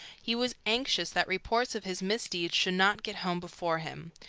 he was anxious that reports of his misdeeds should not get home before him.